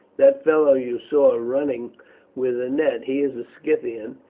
that fellow you saw running with a net, he is a scythian,